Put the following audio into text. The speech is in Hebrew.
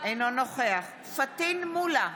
אינו נוכח פטין מולא,